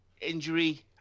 injury